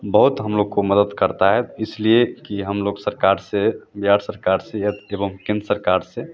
बहुत हम लोग को मदद करती है इसलिए कि हम लोग सरकार से बिहार सरकार से एवं केंद्र सरकार से